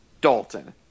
Dalton